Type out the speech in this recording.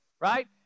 right